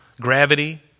gravity